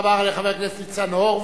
תודה רבה לחבר הכנסת ניצן הורוביץ.